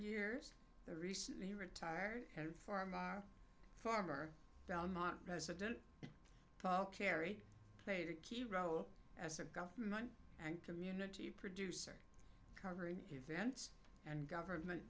years the recently retired and farmar farmer belmont president paul carey played a key role as a government and community producer covering events and government